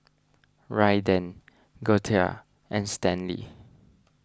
Raiden Girtha and Stanley